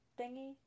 thingy